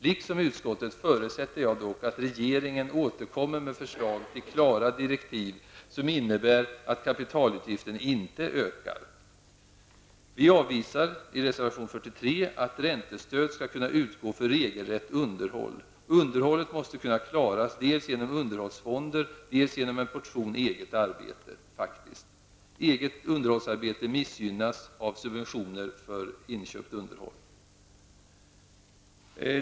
Liksom utskottet förutsätter jag dock att regeringen återkommer med förslag till klara direktiv som innebär att kapitalutgiften inte ökar. Vi avvisar i reservation 43 att räntestöd skall kunna utgå för regelrätt underhåll. Underhållet måste kunna klaras dels genom underhållsfonder, dels faktiskt genom en portion eget arbete. Eget underhållsarbete missgynnas av subventioner för inköpt underhåll.